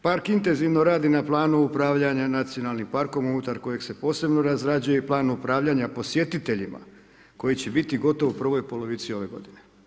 Park intenzivno radi na planu upravljanja nacionalnim parkom unutar kojeg se posebno razrađuje i plan upravljanja posjetiteljima koji će biti gotov u prvoj polovici ove godine.